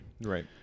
right